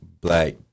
black